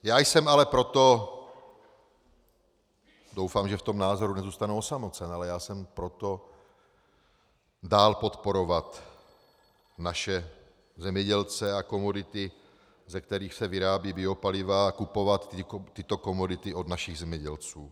Já jsem ale pro to doufám, že v tom názoru nezůstanu osamocen ale já jsem pro to dál podporovat naše zemědělce a komodity, ze kterých se vyrábějí biopaliva, a kupovat tyto komodity od našich zemědělců.